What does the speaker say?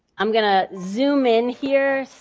i'm going to zoom in here.